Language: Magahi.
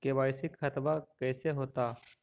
के.वाई.सी खतबा कैसे होता?